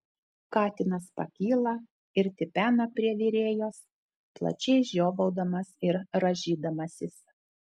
katinas pakyla ir tipena prie virėjos plačiai žiovaudamas ir rąžydamasis